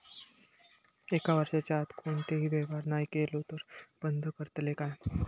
एक वर्षाच्या आत कोणतोही व्यवहार नाय केलो तर ता बंद करतले काय?